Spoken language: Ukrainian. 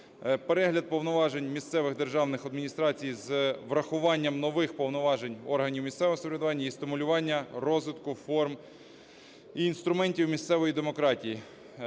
перегляд повноважень місцевих державних адміністрацій з врахуванням нових повноважень органів місцевого самоврядування і стимулювання розвитку форм і інструментів місцевої демократії.